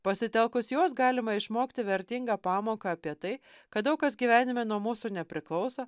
pasitelkus juos galima išmokti vertingą pamoką apie tai kad daug kas gyvenime nuo mūsų nepriklauso